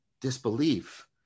disbelief